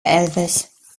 elvis